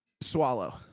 swallow